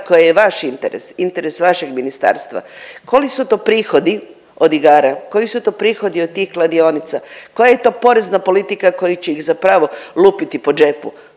koja je vaš interes, interes vašeg ministarstva koji su to prihodi od igara, koji su to prihodi od tih kladionica, koja je to porezna politika koja će ih zapravo lupiti po džepu